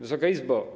Wysoka Izbo!